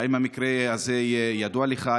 האם המקרה הזה ידוע לך?